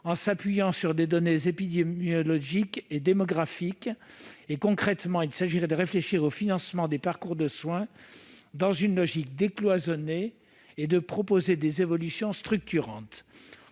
en s'appuyant sur des données épidémiologiques et démographiques. Concrètement, il s'agirait de réfléchir au financement des parcours de soins dans une logique décloisonnée et de proposer des évolutions structurantes.